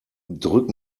drück